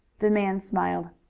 the man smiled.